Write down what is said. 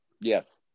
Yes